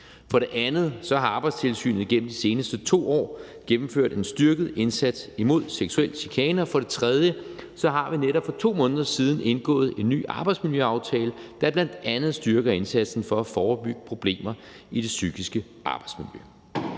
For det andet har Arbejdstilsynet igennem de seneste 2 år gennemført en styrket indsats imod seksuel chikane. For det tredje har vi netop for 2 måneder siden indgået en ny arbejdsmiljøaftale, der bl.a. styrker indsatsen for at forebygge problemer i det psykiske arbejdsmiljø.